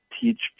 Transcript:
teach